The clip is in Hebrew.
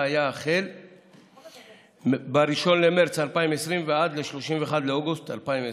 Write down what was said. היה מ-1 במרץ 2020 ועד 31 באוגוסט 2020,